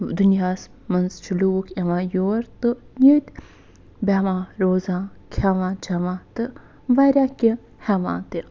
دُنیاہَس مَنٛز چھِ لوٗکھ یِوان یور تہٕ ییٚتہِ بیٚہوان روزان کھٮ۪وان چٮ۪وان تہٕ واریاہ کینٛہہ ہٮ۪وان تہِ